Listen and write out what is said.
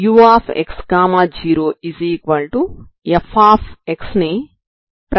ux0f ని ప్రారంభ నియమంగా ఇవ్వండి